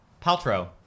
Paltrow